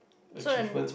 so the